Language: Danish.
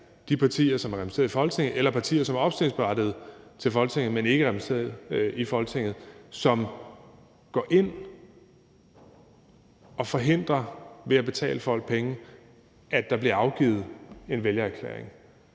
de partier, der er repræsenteret i Folketinget, eller et parti, der er opstillingsberettiget til Folketinget, men som ikke er repræsenteret i Folketinget, som ved at betale folk penge går ind og forhindrer, at der bliver afgivet en vælgererklæring.